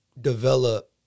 develop